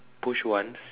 push once